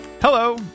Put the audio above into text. Hello